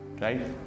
right